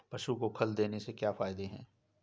पशु को खल देने से क्या फायदे हैं?